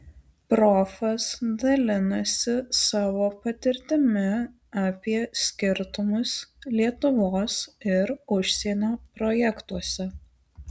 profas dalinasi savo patirtimi apie skirtumus lietuvos ir užsienio projektuose